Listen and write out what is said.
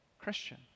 Christian